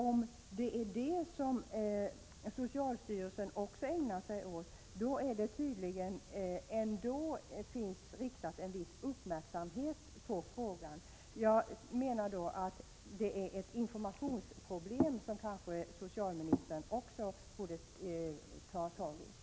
Om det är det som socialstyrelsen också ägnat sig åt, då är tydligen ändå en viss uppmärksamhet riktad på frågan. Jag menar att det då är ett informationsproblem, som kanske också socialministern borde ta tag i.